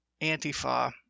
Antifa